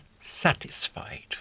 satisfied